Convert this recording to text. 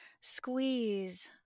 Squeeze